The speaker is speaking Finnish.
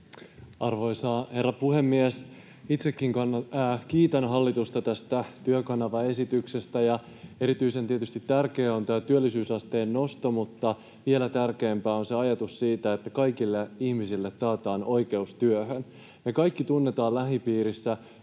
Arvoisa herra puhemies! Itsekin kiitän hallitusta tästä Työkanava-esityksestä. Erityisen tärkeä on tietysti tämä työllisyysasteen nosto, mutta vielä tärkeämpää on se ajatus siitä, että kaikille ihmisille taataan oikeus työhön. Me kaikki tunnemme lähipiirissä